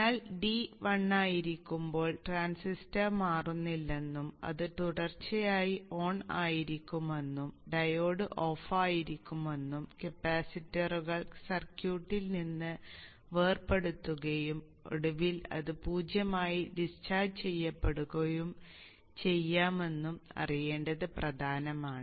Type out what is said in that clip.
എന്നാൽ d 1 ആയിരിക്കുമ്പോൾ transistor മാറുന്നില്ലെന്നും അത് തുടർച്ചയായി ഓൺ ആയിരിക്കുമെന്നും ഡയോഡ് ഓഫായിരിക്കുമെന്നും കപ്പാസിറ്ററുകൾ സർക്യൂട്ടിൽ നിന്ന് വേർപെടുത്തുകയും ഒടുവിൽ അത് 0 ആയി ഡിസ്ചാർജ് ചെയ്യപ്പെടുകയും ചെയ്യുമെന്നും അറിയേണ്ടത് പ്രധാനമാണ്